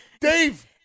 Dave